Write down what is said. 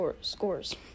scores